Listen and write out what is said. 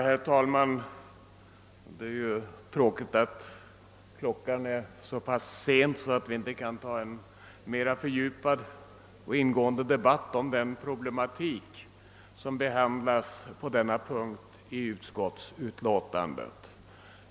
Herr talman! Det är ju tråkigt att timmen är så sen att vi inte kan föra en mer fördjupad och ingående debatt om den problematik som behandlas under denna punkt i utskottsutlåtandet.